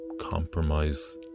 compromise